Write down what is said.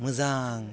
मोजां